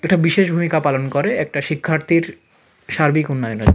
এটা বিশেষ ভূমিকা পালন করে একটা শিক্ষার্থীর সার্বিক উন্নয়নে